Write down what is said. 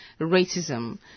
racism